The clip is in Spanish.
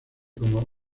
como